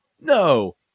No